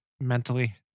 mentally